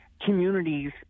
communities